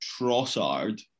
Trossard